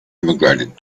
immigrated